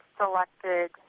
selected